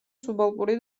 სუბალპური